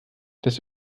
das